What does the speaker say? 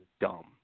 dumb